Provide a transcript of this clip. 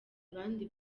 abandi